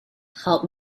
help